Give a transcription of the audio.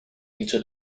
into